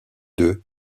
deux